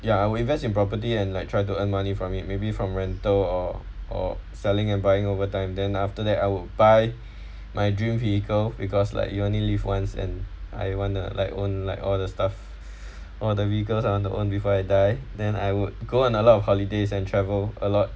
ya I'll invest in property and like try to earn money from it maybe from rental or or selling and buying over time then after that I will buy my dream vehicle because like you only live once and I want uh like own like all the stuff all the vehicles I want to own before I die then I would go a lot of holidays and travel a lot